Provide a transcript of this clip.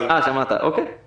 אני שמח שאתה